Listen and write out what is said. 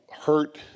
hurt